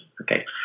Okay